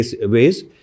ways